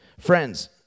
Friends